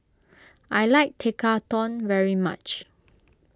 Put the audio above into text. I like Tekkadon very much